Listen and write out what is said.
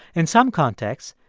in some contexts,